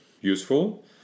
useful